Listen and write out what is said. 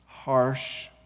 Harsh